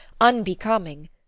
unbecoming